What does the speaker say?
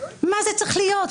מה זה צריך להיות?